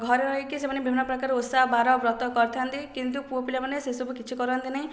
ଘରେ ରହିକି ସେମାନେ ବିଭିନ୍ନ ପ୍ରକାରର ଓଷା ବାର ବ୍ରତ କରିଥାନ୍ତି କିନ୍ତୁ ପୁଅ ପିଲା ମାନେ ସେ ସବୁ କିଛି କରନ୍ତି ନାହିଁ